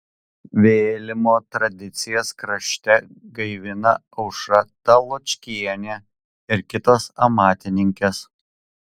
vėlimo tradicijas krašte gaivina aušra taločkienė ir kitos amatininkės